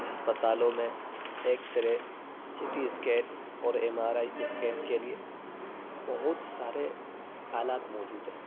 ہسپتالوں میں X ray C T scan اور ایم آر آئی اسکین کے لیے بہت سارے آلات موجود ہیں